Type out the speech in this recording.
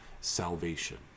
salvation